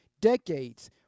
decades